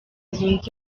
zunze